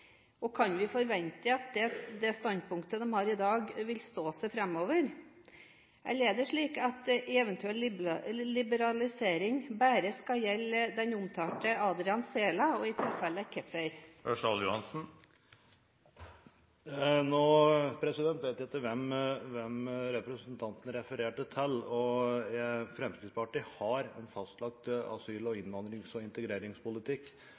dag? Kan vi forvente at det standpunktet de har i dag, vil stå seg framover, eller er det slik at en eventuell liberalisering bare skal gjelde den omtalte Adrian Xhela, og i tilfelle hvorfor? Nå vet jeg ikke hvem representanten refererte til. Fremskrittspartiet har en fastlagt asyl-, innvandrings- og integreringspolitikk.